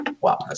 Wow